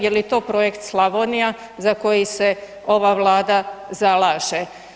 Je li to projekt Slavonija za koji se ova vlada zalaže?